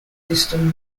system